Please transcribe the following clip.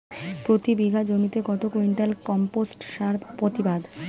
প্রতি বিঘা জমিতে কত কুইন্টাল কম্পোস্ট সার প্রতিবাদ?